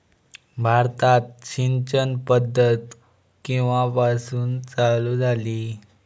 भारतात सिंचन पद्धत केवापासून चालू झाली?